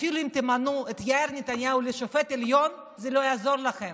אפילו אם תמנו את יאיר נתניהו לשופט עליון זה לא יעזור לכם,